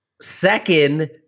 Second